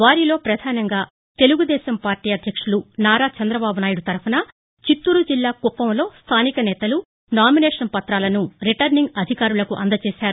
వారిలో ప్రధానంగా తెలుగుదేశం పార్లీ అధ్యక్షులు నారా చంద్రబాబునాయుడు తరఫున చిత్తూరు జిల్లా కుప్పంలో స్థానిక నేతలు నామినేషన్ పత్రాలను రిటర్నింగ్ అధికారులకు అందజేశారు